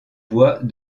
bois